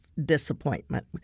disappointment